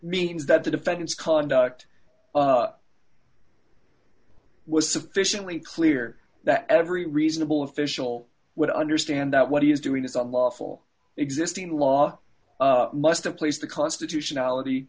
means that the defendant's conduct was sufficiently clear that every reasonable official would understand that what he is doing is unlawful existing law must replace the constitutionality